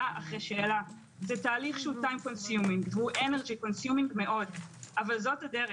זה תהליך שדורש הרבה אנרגיה, אבל זאת הדרך.